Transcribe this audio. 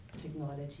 technology